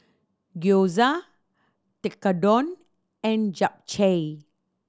Gyoza Tekkadon and Japchae